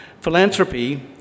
Philanthropy